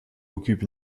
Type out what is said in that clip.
occupe